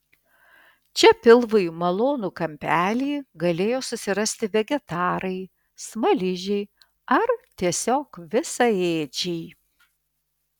čia pilvui malonų kampelį galėjo susirasti vegetarai smaližiai ar tiesiog visaėdžiai